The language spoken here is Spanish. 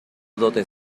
dotes